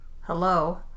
Hello